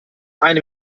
eine